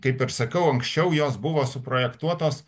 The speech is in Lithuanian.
kaip ir sakiau anksčiau jos buvo suprojektuotos